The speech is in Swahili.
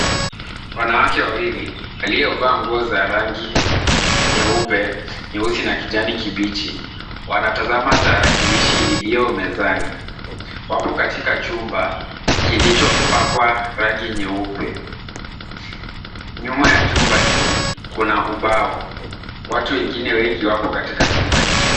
Wanawake wawili waliovaa nguo za rangi nyeupe, nyeusi na kijani kibichi, wanatazama tarakilishi iliyo mezani. Wapo katika chumba kilichopakwa rangi nyeupe. Nyuma ya chumba hiki kuna ubao, watu wengi wapo katika chumba hicho.